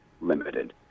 limited